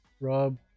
Rob